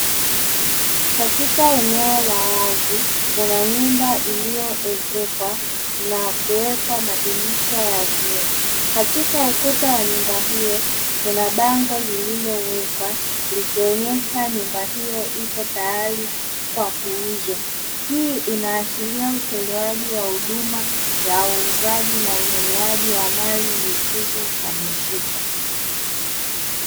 Katika eneo la wazi kuna nyumba iliyoezekwa na kuwekwa madirisha ya vioo katika ukuta wa nyumba hiyo kuna bango limewekwa, ikionyesha nyumba hiyo iko tayari kwa kuuzwa, hii inaashiria utolewaji wa huduma ya ununuaji na uuzaji wa mali zisizohamishika.